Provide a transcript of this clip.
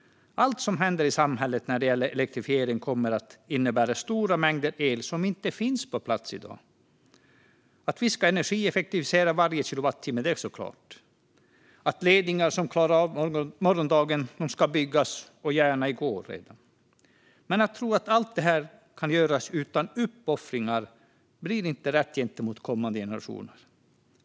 Allt som händer i samhället när det gäller elektrifiering kommer att innebära att det kommer att behövas stora mängder el, som det inte finns kapacitet för att producera i dag. Vi ska såklart energieffektivisera varje kilowattimme. Ledningar som klarar morgondagen ska byggas, gärna redan i går. Men att tro att allt det kan göras utan uppoffringar blir inte rätt gentemot kommande generationer.